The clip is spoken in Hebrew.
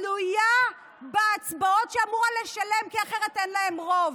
תלויה בהצבעות ואמורה לשלם, כי אחרת אין לה רוב.